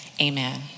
amen